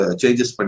changes